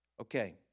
Okay